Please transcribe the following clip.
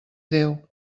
déu